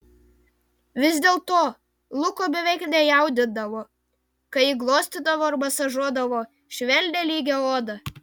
vis dėlto luko beveik nejaudindavo kai ji glostydavo ir masažuodavo švelnią lygią odą